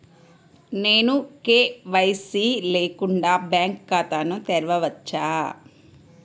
నేను కే.వై.సి లేకుండా బ్యాంక్ ఖాతాను తెరవవచ్చా?